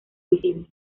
visible